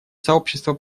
сообщество